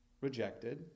rejected